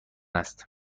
است